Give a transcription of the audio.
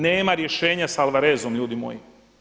Nema rješenja sa Alvarezom ljudi moji.